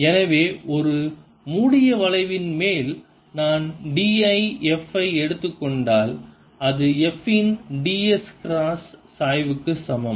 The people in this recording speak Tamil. எனவே ஒரு மூடிய வளைவின் மேல் நான் d l f ஐ எடுத்துக் கொண்டால் அது f இன் ds கிராஸ் சாய்வுக்கு சமம்